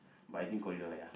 but I think corridor ya